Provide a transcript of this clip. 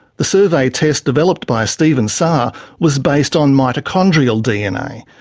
the survey test developed by stephen sarre was based on mitochondrial dna,